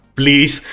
please